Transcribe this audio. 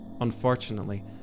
Unfortunately